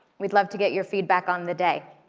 we'd love to get your feedback on the day.